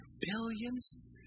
billions